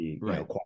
Right